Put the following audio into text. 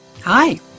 Hi